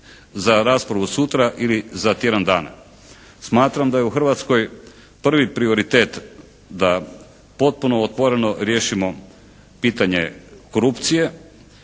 za raspravu sutra ili za tjedan dana. Smatram da je u Hrvatskoj prvi prioritet da potpuno otvoreno riješimo pitanje korupcije.